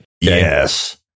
Yes